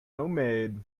homemade